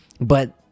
But-